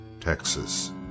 Texas